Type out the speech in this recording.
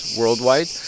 worldwide